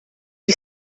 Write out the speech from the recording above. gli